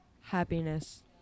Happiness